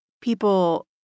people